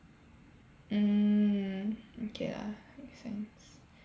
mm okay lah makes sense